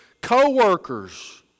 coworkers